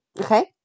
Okay